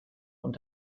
und